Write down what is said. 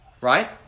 Right